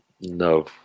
No